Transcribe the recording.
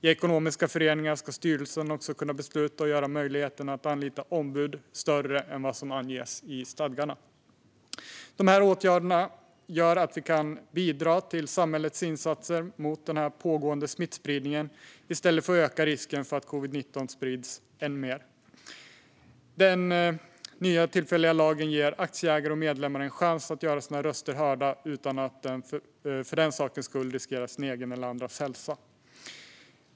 I ekonomiska föreningar ska styrelsen också kunna besluta om att i större utsträckning än vad som anges i stadgarna kunna anlita ombud. Dessa åtgärder gör att vi kan bidra till samhällets insatser mot den pågående smittspridningen, i stället för att öka risken för att covid-19 sprids än mer. Den nya tillfälliga lagen ger aktieägare och medlemmar en chans att göra sina röster hörda utan att riskera sin egen eller andras hälsa.